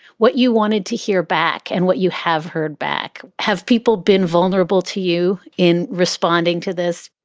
what you wanted to hear back and what you have heard back, have people been vulnerable to you in responding to this?